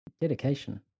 dedication